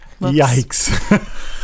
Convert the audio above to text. yikes